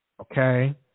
Okay